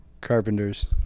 Carpenters